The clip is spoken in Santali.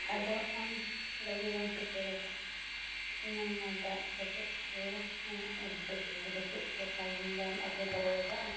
ᱟᱫᱚ ᱟᱢ ᱞᱚᱜᱮ ᱵᱟᱢ ᱥᱮᱴᱮᱨ ᱠᱟᱫᱼᱟ ᱮᱱᱟᱝ ᱢᱟ ᱫᱟᱜ ᱡᱟᱹᱯᱩᱫᱛᱮ ᱩᱱᱟᱹᱜᱮ ᱦᱩᱰᱩᱨᱼᱵᱤᱡᱽᱞᱤ ᱠᱮᱫᱛᱮ ᱯᱟᱞᱮᱱ ᱵᱟᱢ ᱟᱹᱜᱩ ᱫᱟᱲᱮᱭᱟᱫᱟᱼᱟ